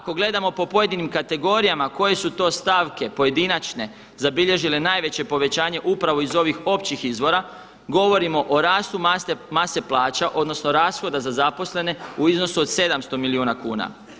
Ako gledamo po pojedinim kategorijama koje su stavke pojedinačne zabilježile najveće povećanje upravo iz ovih općih izvora, govorimo o rastu mase plaća odnosno rashoda za zaposlene u iznosu od 700 milijuna kuna.